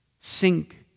sink